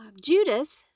Judas